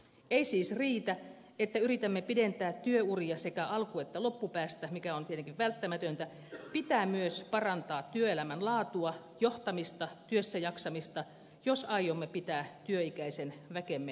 ei siis riitä että yritämme pidentää työuria sekä alku että loppupäästä mikä on tietenkin välttämätöntä pitää myös parantaa työelämän laatua johtamista työssä jaksamista jos aiomme pitää työikäisen väkemme terveenä